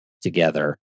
together